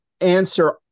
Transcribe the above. answer